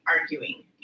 arguing